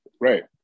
Right